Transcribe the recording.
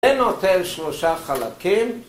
‫זה נותן שלושה חלקים.